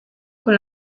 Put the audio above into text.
con